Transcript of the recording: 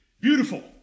Beautiful